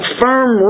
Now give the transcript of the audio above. firm